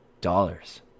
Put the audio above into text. dollars